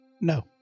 No